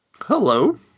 Hello